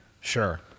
Sure